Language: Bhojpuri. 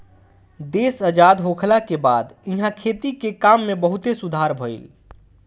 देश आजाद होखला के बाद इहा खेती के काम में बहुते सुधार भईल